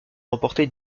remporté